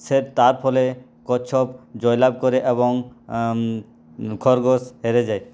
সে তার ফলে কচ্ছপ জয়লাভ করে এবং খরগোশ হেরে যায়